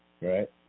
Right